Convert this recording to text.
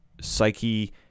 psyche